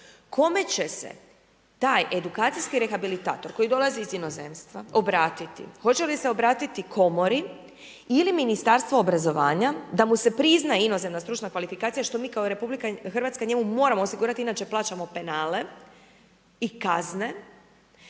kome će se taj edukacijski rehabilitator koji dolazi iz inozemstva obratiti? Hoće li se obratiti Komori ili Ministarstvu obrazovanja, da mu se prizna inozemna stručna kvalifikacija što mi kao Republika Hrvatska njemu moramo osigurati inače plaćamo penale i kazne?